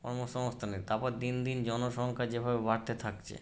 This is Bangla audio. কর্মসংস্থান নেই তারপর দিন দিন জনসংখ্যা যেভাবে বাড়তে থাকছে